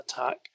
attack